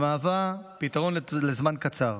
המהווה פתרון לזמן קצר.